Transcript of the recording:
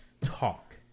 talk